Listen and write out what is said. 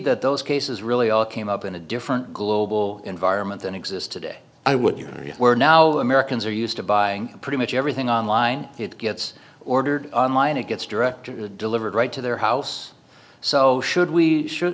that those cases really all came up in a different global environment than exists today i would you are now americans are used to buying pretty much everything on line it gets ordered online it gets director delivered right to their house so should we should